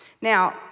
Now